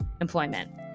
employment